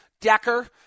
Decker